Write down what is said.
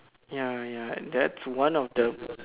ya ya that's one of the